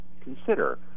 consider